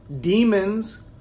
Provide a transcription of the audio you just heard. Demons